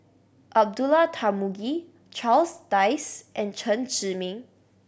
Abdullah Tarmugi Charles Dyce and Chen Zhiming